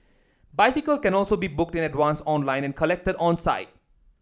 bicycle can also be booked in advance online and collected on site